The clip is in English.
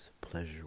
pleasure